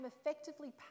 effectively